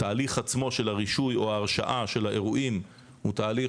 תהליך עצמו של הרישוי או ההרשאה של האירועים הוא תהליך